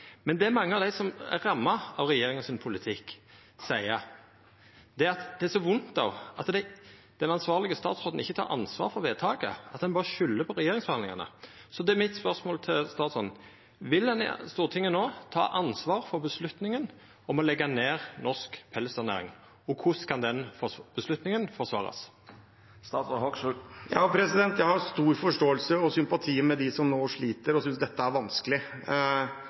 men ho må altså ikkje produserast i Noreg, med verdas beste dyrevelferd for pelsdyr. Resultata frå Mattilsynet er òg gode. Det mange av dei som er ramma av regjeringa sin politikk, seier, er at det er vondt at den ansvarlege statsråden ikkje tek ansvar for vedtaket, at han berre skuldar på regjeringsforhandlingane. Så spørsmålet mitt til statsråden er: Vil ein i Stortinget no ta ansvar for avgjerda om å leggja ned norsk pelsdyrnæring? Og korleis kan den avgjerda forsvarast? Jeg har stor forståelse og sympati med dem som nå sliter og synes dette er